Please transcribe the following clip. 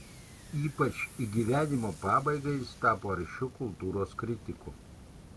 ypač į gyvenimo pabaigą jis tapo aršiu kultūros kritiku